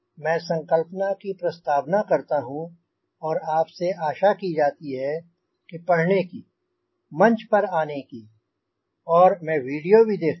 मैं संकल्पना की प्रस्तावना करता हूँ और आप से आशा की जाती है कि पढ़ने की मंच पर आने की और मैं वीडियो भी देखता हूँ